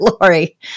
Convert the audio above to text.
Lori